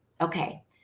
Okay